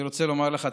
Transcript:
אני רוצה לומר לך,